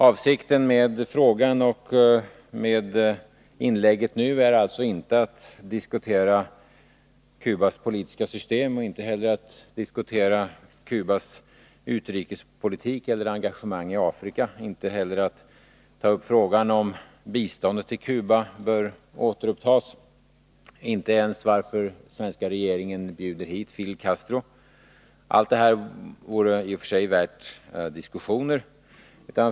Avsikten med frågan och med inlägget nu är alltså inte att diskutera Cubas politiska system, inte heller att diskutera Cubas utrikespolitik eller engagemang i Afrika, inte heller att ta upp frågan om huruvida biståndet till Cuba bör återupptas och inte ens att diskutera varför den svenska regeringen bjuder hit Fidel Castro — allt detta vore i och för sig värt diskussioner.